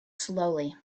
slowly